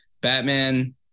Batman